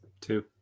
Two